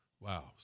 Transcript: wow